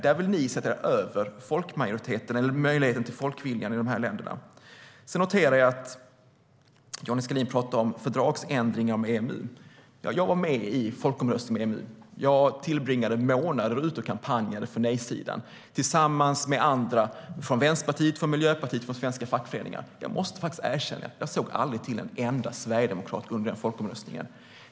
Ni vill sätta er över folkmajoriteten eller folkviljan i dessa länder. Jag noterar att Johnny Skalin talar om fördragsändringar med EMU. Jag var med i folkomröstningen om EMU. Jag tillbringade månader med att vara ute och kampanja för nej-sidan. Det gjorde jag tillsammans med andra från Vänsterpartiet, från Miljöpartiet, från svenska fackföreningar. Jag måste tillstå att jag aldrig såg till en enda sverigedemokrat under den folkomröstningskampanjen.